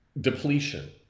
depletion